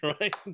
Right